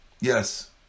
Yes